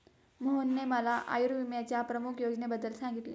मोहनने मला आयुर्विम्याच्या प्रमुख योजनेबद्दल सांगितले